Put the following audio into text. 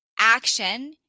action